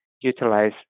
utilize